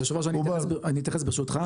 היושב-ראש, אני אתייחס ברשותך.